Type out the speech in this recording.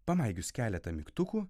pamaigius keletą mygtukų